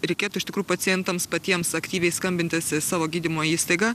reikėtų iš tikrųjų pacientams patiems aktyviai skambintis į savo gydymo įstaigą